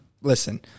listen